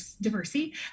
diversity